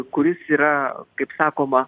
kuris yra kaip sakoma